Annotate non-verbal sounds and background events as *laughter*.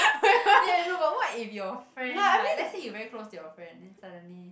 *laughs* ya you know but what if your friend like let's say you very close to your friend then suddenly